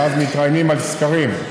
ואז מתראיינים על סקרים.